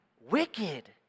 wicked